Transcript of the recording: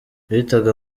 bitaga